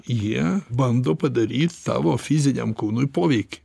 jie bando padaryti tavo fiziniam kūnui poveikį